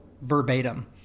verbatim